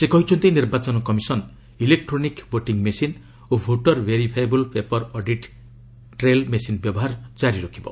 ସେ କହିଛନ୍ତି ନିର୍ବାଚନ କମିଶନ୍ ଇଲେକ୍ରୋନିକ୍ ଭୋଟିଂ ମେସିନ୍ ଓ voter verifiable paper audit trail machine ବ୍ୟବହାର ଜାରି ରଖିବ